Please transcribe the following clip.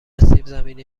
سیبزمینی